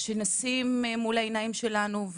שנשים מול העיניים שלנו,